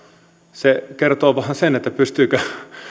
se kertoo vain sen pystyykö